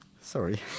Sorry